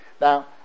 now